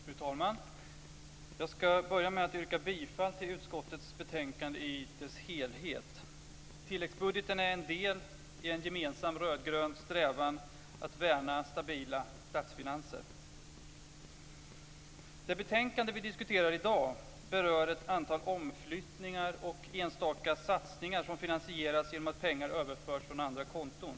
Fru talman! Jag skall börja med att yrka bifall till utskottets hemställan i betänkandet. Tilläggsbudgeten är en del i en gemensam rödgrön strävan att värna stabila statsfinanser. Det betänkande som vi diskuterar i dag berör ett antal omflyttningar och enstaka satsningar som finansieras genom att pengar överförs från andra konton.